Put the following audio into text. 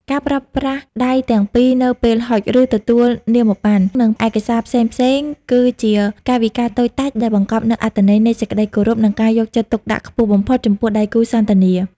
ការប្រើប្រាស់ដៃទាំងពីរនៅពេលហុច ឬទទួលនាមប័ណ្ណ និងឯកសារផ្សេងៗ គឺជាកាយវិការតូចតាចដែលបង្កប់នូវអត្ថន័យនៃសេចក្ដីគោរព និងការយកចិត្តទុកដាក់ខ្ពស់បំផុតចំពោះដៃគូសន្ទនា។